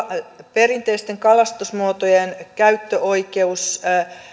perinteisten kalastusmuotojen käyttöoikeus